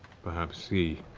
perhaps he,